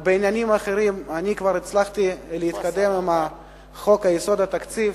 בעניינים אחרים כבר הצלחתי להתקדם עם חוק-יסוד: התקציב.